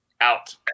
Out